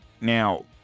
now